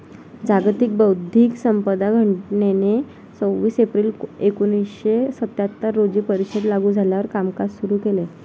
जागतिक बौद्धिक संपदा संघटनेने सव्वीस एप्रिल एकोणीसशे सत्याहत्तर रोजी परिषद लागू झाल्यावर कामकाज सुरू केले